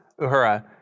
Uhura